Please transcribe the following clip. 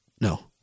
No